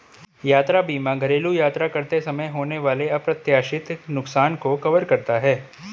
यात्रा बीमा घरेलू यात्रा करते समय होने वाले अप्रत्याशित नुकसान को कवर करता है